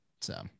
so-